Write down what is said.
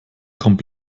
kommt